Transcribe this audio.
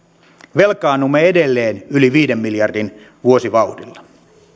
velkaannumme edelleen yli viiden miljardin vuosivauhdilla